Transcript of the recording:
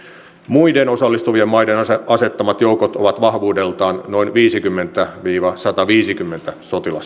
muiden osallistuvien maiden asettamat joukot ovat vahvuudeltaan noin viisikymmentä viiva sataviisikymmentä sotilasta